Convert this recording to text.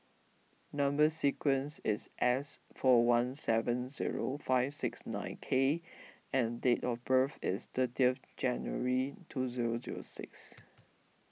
Number Sequence is S four one seven zero five six nine K and date of birth is thirty of January two zero zero six